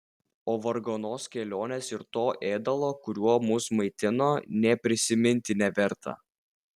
o varganos kelionės ir to ėdalo kuriuo mus maitino nė prisiminti neverta